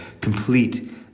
complete